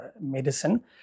medicine